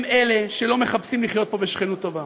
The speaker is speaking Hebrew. הם שלא מחפשים לחיות פה בשכנות טובה.